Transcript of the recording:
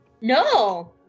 No